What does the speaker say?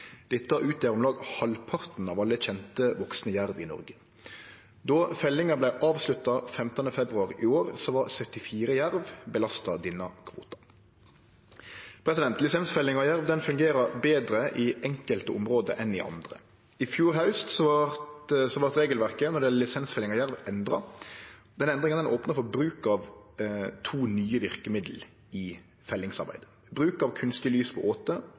Dette utgjer om lag halvparten av alle kjente vaksne jerv i Noreg. Då fellinga vart avslutta 15. februar i år, var 74 jerv belasta denne kvota. Lisensfelling av jerv fungerer betre i enkelte område enn i andre. I fjor haust vart regelverket når det gjeld lisensfelling av jerv, endra. Endringa opna for bruk av to nye verkemiddel i fellingsarbeidet : bruk av kunstig lys på åte